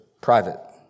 private